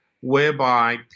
whereby